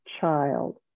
child